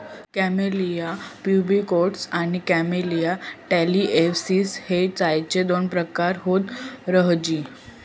camellia pubicosta आणि Camellia taliensis हे चायचे दोन प्रकार हत सरजी